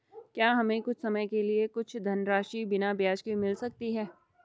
क्या हमें कुछ समय के लिए कुछ धनराशि बिना ब्याज के मिल सकती है?